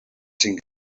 cinc